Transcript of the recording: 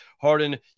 Harden